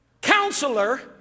Counselor